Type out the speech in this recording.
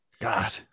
God